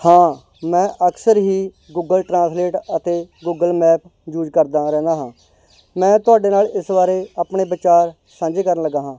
ਹਾਂ ਮੈਂ ਅਕਸਰ ਹੀ ਗੁੱਗਲ ਟਰਾਂਸਲੇਟ ਅਤੇ ਗੁੱਗਲ ਮੈਪ ਯੂਜ਼ ਕਰਦਾ ਰਹਿੰਦਾ ਹਾਂ ਮੈਂ ਤੁਹਾਡੇ ਨਾਲ ਇਸ ਬਾਰੇ ਆਪਣੇ ਵਿਚਾਰ ਸਾਂਝੇ ਕਰਨ ਲੱਗਾ ਹਾਂ